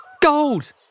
Gold